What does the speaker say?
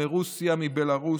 מרוסיה ומבלרוס,